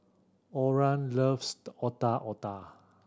Oran loves Otak Otak